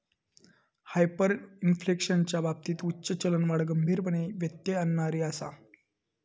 हायपरइन्फ्लेशनच्या बाबतीत उच्च चलनवाढ गंभीरपणे व्यत्यय आणणारी आसा